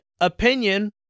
opinion